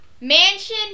Mansion